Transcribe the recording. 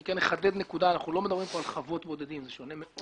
אני אחדד נקודה: אנחנו לא מדברים פה על חוות בודדים זה שונה מאוד.